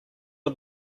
did